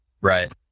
right